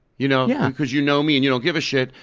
you know yeah because you know me and you don't give a shit,